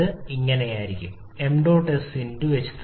ഇത് ഇങ്ങനെയായിരിക്കും 𝑚̇sℎ3 ℎ2